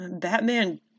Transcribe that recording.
Batman